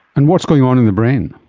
and what's going on in the brain?